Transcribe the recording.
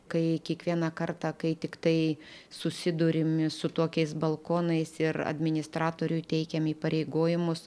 kai kiekvieną kartą kai tiktai susiduriame su tokiais balkonais ir administratoriui teikiam įpareigojimus